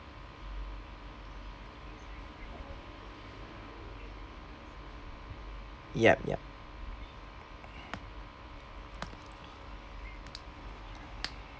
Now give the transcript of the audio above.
yup yup